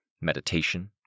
meditation